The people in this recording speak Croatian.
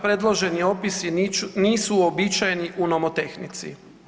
Predloženi opisi nisu uobičajeni u nomotehnici.